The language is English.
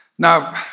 Now